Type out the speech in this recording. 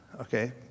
Okay